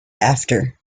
after